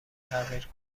تغییر